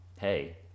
Hey